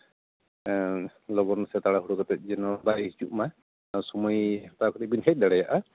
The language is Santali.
ᱞᱚᱜᱚᱱ ᱥᱮ ᱛᱟᱲᱟᱦᱩᱲᱟᱹ ᱠᱟᱛᱮ ᱡᱮᱱᱚ ᱵᱟᱭ ᱦᱤᱡᱩᱜ ᱢᱟ ᱥᱚᱢᱚᱭ ᱦᱟᱛᱟᱣ ᱠᱟᱛᱮ ᱵᱮᱱ ᱦᱮᱡ ᱫᱟᱲᱮᱭᱟᱜᱼᱟ